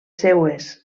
seues